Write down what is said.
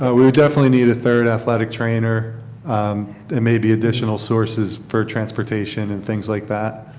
ah we we definitely need a third athletic trainer and maybe additional resources fortress pate and and things like that.